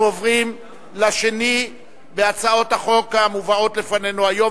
אנחנו עוברים לשנייה בהצעות החוק המובאות לפנינו היום,